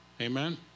Amen